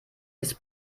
ist